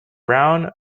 brown